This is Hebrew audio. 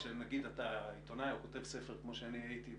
כשנגיד אתה עיתונאי או כותב ספר כמו שאני הייתי,